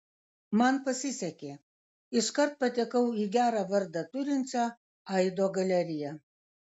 man pasisekė iškart patekau į gerą vardą turinčią aido galeriją